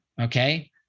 okay